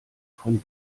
von